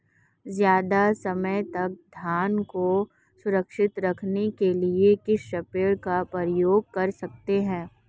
ज़्यादा समय तक धान को सुरक्षित रखने के लिए किस स्प्रे का प्रयोग कर सकते हैं?